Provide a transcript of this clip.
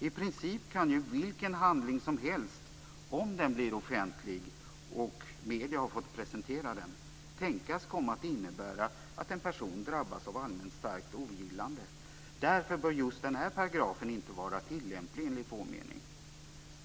I princip kan ju vilken handling som helst, om den blir offentlig och medierna har fått presentera den, tänkas komma att innebära att en person drabbas av allmänt starkt ogillande. Därför bör just denna paragraf inte vara tilllämplig enligt vår mening.